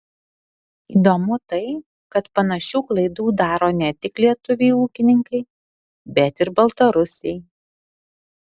įdomu tai kad panašių klaidų daro ne tik lietuviai ūkininkai bet ir baltarusiai